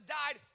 died